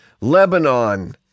Lebanon